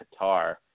Qatar